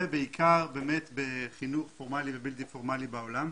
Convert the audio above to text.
ובעיקר באמת בחינוך פורמלי ובלתי פורמלי בעולם.